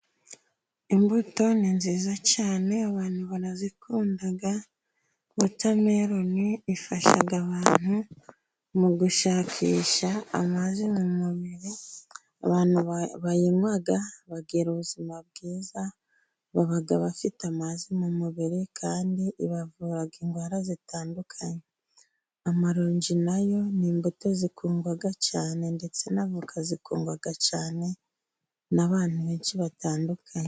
Imbuto ni nziza cyane, abantu barazikunda. Watameroni ifasha abantu mu gushakisha amazi mu mubiri, abantu bayinywa, bagira ubuzima bwiza, baba bafite amazi mu mubiri, kandi ibavura indwara zitandukanye. Amaronji nayo ni imbuto zikundwa cyane, ndetse n'avoka, zikundwa cyane n'abantu benshi batandukanye.